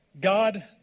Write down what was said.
God